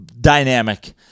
dynamic